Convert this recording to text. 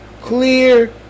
clear